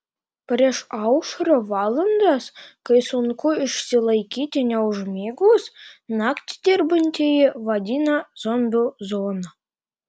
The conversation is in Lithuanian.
priešaušrio valandas kai sunku išsilaikyti neužmigus naktį dirbantieji vadina zombių zona